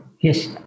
Yes